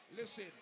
Listen